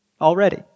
already